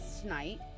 tonight